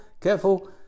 careful